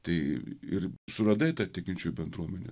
tai ir suradai tą tikinčiųjų bendruomenę